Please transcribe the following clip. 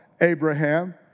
Abraham